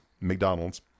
McDonald's